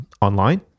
online